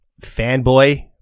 fanboy